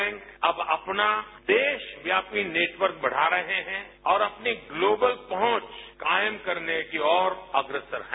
bank अब अपना देशव्यापी नेटवर्क बढ़ा रहे हैं और अपनी ग्लोबल पहुंच कायम करने की ओर अग्रसर हैं